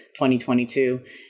2022